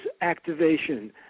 activation